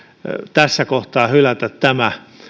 tässä kohtaa hylätä tämä